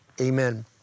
Amen